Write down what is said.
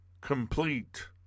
complete